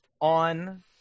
on